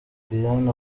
diane